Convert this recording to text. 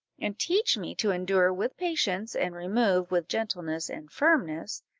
and teach me to endure with patience, and remove with gentleness and firmness,